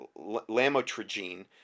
Lamotrigine